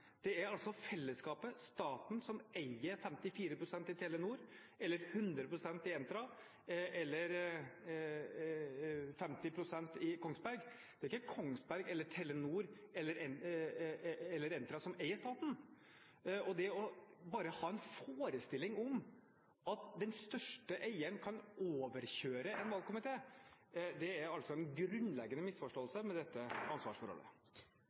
Det er altså fellesskapet, staten, som eier 54 pst. i Telenor, eller 100 pst. i Entra, eller 50 pst. i Kongsberg Gruppen. Det er ikke Kongsberg Gruppen eller Telenor eller Entra som eier staten. Og bare det å ha en forestilling om at den største eieren kan overkjøre en valgkomité er altså en grunnleggende misforståelse av dette ansvarsforholdet.